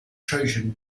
trojan